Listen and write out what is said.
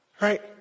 Right